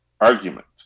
argument